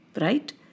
Right